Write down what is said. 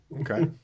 Okay